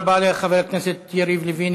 תודה רבה לחבר הכנסת יריב לוין,